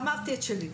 אמרתי את שלי.